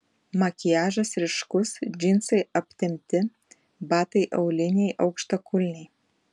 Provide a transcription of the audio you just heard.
makiažas ryškus džinsai aptempti batai auliniai aukštakulniai